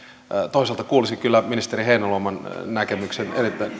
toisaalta kuulisin kyllä ministeri heinäluoman näkemyksen